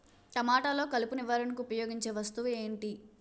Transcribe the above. టమాటాలో కలుపు నివారణకు ఉపయోగించే వస్తువు ఏంటి?